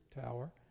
Tower